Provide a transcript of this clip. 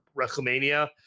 WrestleMania